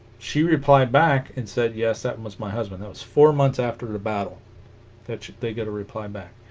she replied back and said yes that was my husband that was four months after the battle that should they get a reply back